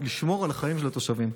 כדי לשמור על החיים של התושבים.